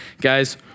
guys